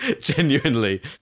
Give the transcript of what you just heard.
Genuinely